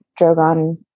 Drogon